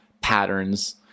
patterns